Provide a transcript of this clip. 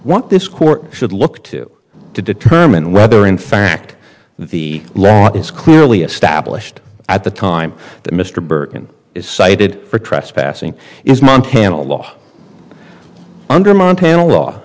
what this court should look to to determine whether in fact the law is clearly established at the time that mr bergen is cited for trespassing is montana law under montana law